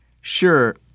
Sure